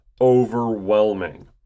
overwhelming